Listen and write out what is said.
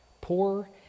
poor